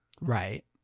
Right